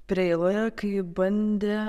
preiloje kai bandė